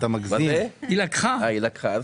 אה, היא לקחה.